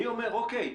מי אומר: אוקיי,